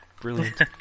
Brilliant